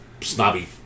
snobby